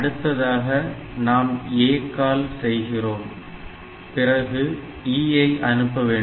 அடுத்ததாக நாம் ACALL செய்கிறோம் பிறகு E ஐ அனுப்ப வேண்டும்